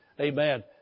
Amen